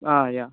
yeah